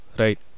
right